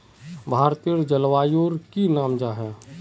भारतेर जलवायुर की नाम जाहा?